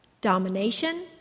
domination